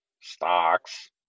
stocks